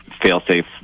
fail-safe